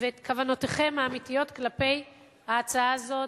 ואת כוונותיכם האמיתיות כלפי ההצעה הזאת,